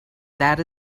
that